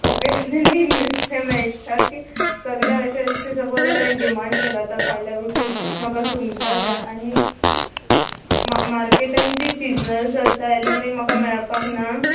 occasionally नुस्तें मेळटा की सगळें अशें सी सपोज हांवें डिमांड केलो आतां फायल्या उठून म्हाका सुंगटां जाय आनी मा मार्केटान तीं सिजनल चलता जाल्यार बी म्हाका मेळपाक ना